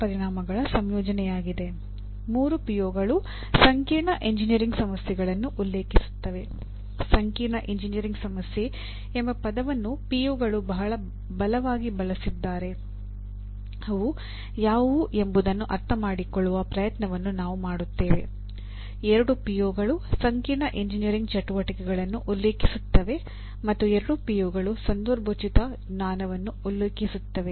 ಪಿಒಗಳು ಸಂದರ್ಭೋಚಿತ ಜ್ಞಾನವನ್ನು ಉಲ್ಲೇಖಿಸುತ್ತವೆ